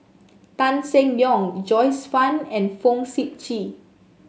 Tan Seng Yong Joyce Fan and Fong Sip Chee